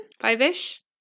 Five-ish